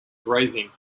grazing